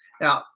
Now